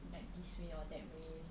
like this way or that way